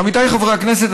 עמיתיי חברי הכנסת,